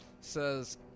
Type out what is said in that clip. Says